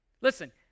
Listen